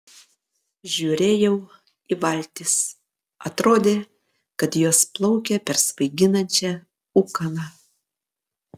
žiūrėjau į valtis atrodė kad jos plaukia per svaiginančią ūkaną